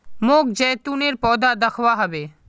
मोक जैतूनेर पौधा दखवा ह बे